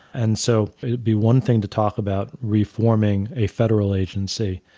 and so, it'd be one thing to talk about reforming a federal agency,